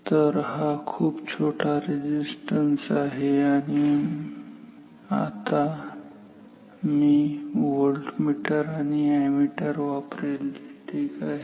तऱ हा खूप छोटा रेझिस्टन्स आहे आणि मी आता व्होल्टमीटर आणि अॅमीटर वापरेल ठीक आहे